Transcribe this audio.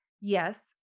yes